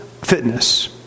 fitness